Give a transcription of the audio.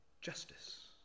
justice